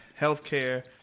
healthcare